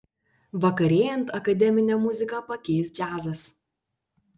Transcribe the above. vakarėjant akademinę muziką pakeis džiazas